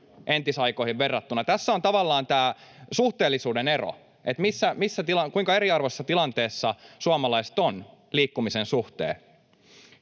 entisaikoihin verrattuna. Tässä on tavallaan tämä suhteellisuuden ero, kuinka eriarvoisessa tilanteessa suomalaiset ovat liikkumisen suhteen.